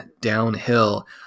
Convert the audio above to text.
downhill